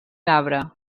gabre